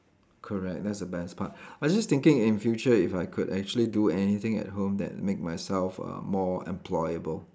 correct that's the best part but I was just thinking in future if I could actually do anything at home that make myself uh more employable